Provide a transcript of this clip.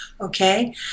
okay